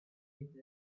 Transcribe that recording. with